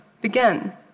began